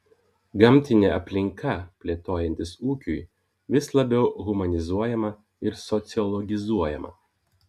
gamtinė aplinka plėtojantis ūkiui vis labiau humanizuojama ir sociologizuojama